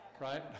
right